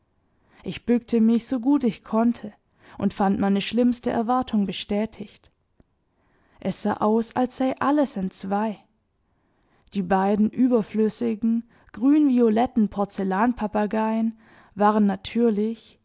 ich bückte mich so gut ich konnte und fand meine schlimmste erwartung bestätigt es sah aus als sei alles entzwei die beiden überflüssigen grün violetten porzellanpapageien waren natürlich